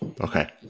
Okay